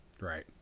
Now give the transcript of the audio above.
Right